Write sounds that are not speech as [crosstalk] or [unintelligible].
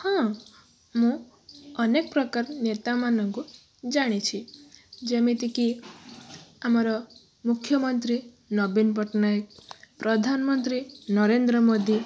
ହଁ [unintelligible] ଅନେକ ପ୍ରକାର ନେତାମାନଙ୍କୁ ଜାଣିଛି ଯେମିତିକି ଆମର ମୁଖ୍ୟମନ୍ତ୍ରୀ ନବୀନ ପଟ୍ଟନାଏକ ପ୍ରଧାନମନ୍ତ୍ରୀ ନରେନ୍ଦ୍ର ମୋଦି